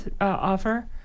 offer